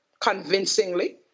convincingly